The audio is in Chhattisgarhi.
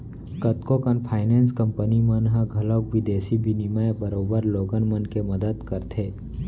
कतको कन फाइनेंस कंपनी मन ह घलौक बिदेसी बिनिमय म बरोबर लोगन मन के मदत करथे